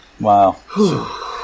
Wow